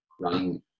running